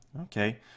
okay